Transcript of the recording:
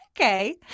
okay